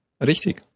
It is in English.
Richtig